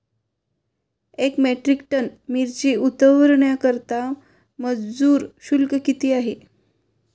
एक metric ton मिरची उतरवण्याकरता मजुर शुल्क किती आहे?